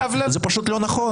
זה פשוט לא נכון.